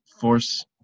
force